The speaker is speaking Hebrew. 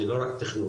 זה לא רק תכנוני,